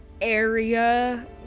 area